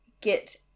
get